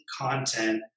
content